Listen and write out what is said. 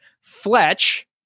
Fletch